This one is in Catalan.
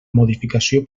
modificació